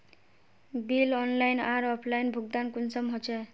Bill online आर offline भुगतान कुंसम होचे?